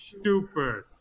stupid